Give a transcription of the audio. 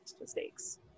mistakes